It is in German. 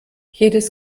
jedes